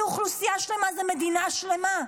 זו אוכלוסייה שלמה, זו מדינה שלמה.